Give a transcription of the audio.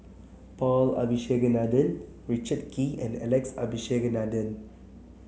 Paul Abisheganaden Richard Kee and Alex Abisheganaden